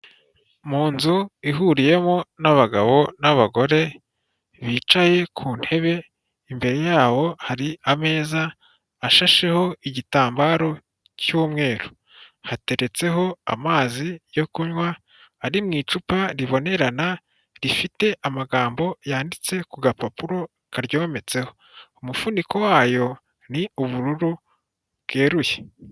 Mu nzu ihuriyemo n'abagabo n'abagore bicaye ku ntebe, imbere yabo hari ameza ashasheho igitambaro cy'umweru, hateretseho amazi yo kunywa ari mu icupa ribonerana, rifite amagambo yanditse ku gapapuro karyometseho, umufuniko wayo ni ubururu bweruye.